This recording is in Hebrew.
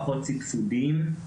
פחות סיבסודים.